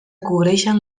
cobreixen